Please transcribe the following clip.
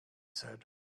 said